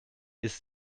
ist